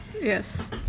Yes